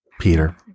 Peter